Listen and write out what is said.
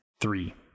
Three